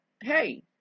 Hey